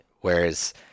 Whereas